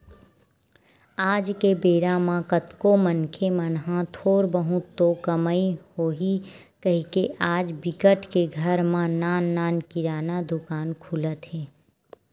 आज के बेरा म कतको मनखे मन ह थोर बहुत तो कमई होही कहिके आज बिकट के घर म नान नान किराना दुकान खुलत हे